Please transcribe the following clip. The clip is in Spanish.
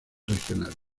regionales